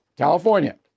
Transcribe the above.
California